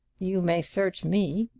you may search me!